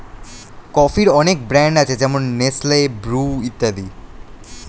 কফির অনেক ব্র্যান্ড আছে যেমন নেসলে, ব্রু ইত্যাদি